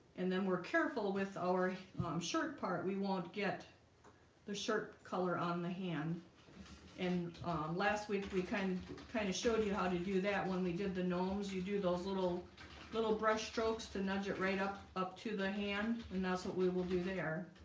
and then we're careful with our shirt part. we won't get the shirt color on the hand and um last week we kind of kind of showed you how to do that when we did the gnomes you do those little little brush strokes to nudge it right up up to the hand and that's what we will do there